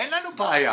אין לנו בעיה.